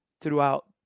throughout